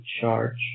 charge